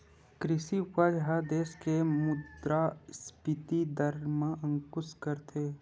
कृषि उपज ह देस के मुद्रास्फीति दर म अंकुस रखथे